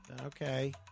Okay